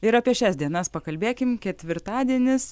ir apie šias dienas pakalbėkim ketvirtadienis